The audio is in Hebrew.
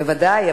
בוודאי,